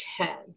ten